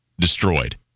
destroyed